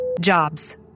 jobs